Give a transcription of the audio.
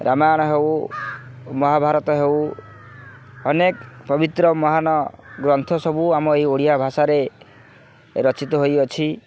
ରାମାୟଣ ହେଉ ମହାଭାରତ ହେଉ ଅନେକ ପବିତ୍ର ମହାନ ଗ୍ରନ୍ଥ ସବୁ ଆମ ଏଇ ଓଡ଼ିଆ ଭାଷାରେ ରଚିତ ହୋଇଅଛି